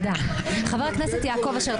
------ חבר הכנסת יעקב אשר,